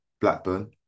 Blackburn